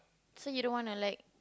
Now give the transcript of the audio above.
so you don't wanna like